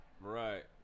right